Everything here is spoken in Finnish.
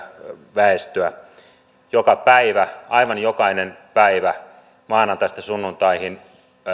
väestöä joka päivä aivan jokainen päivä maanantaista sunnuntaihin